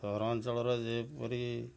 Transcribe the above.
ସହରାଞ୍ଚଳର ଯେପରି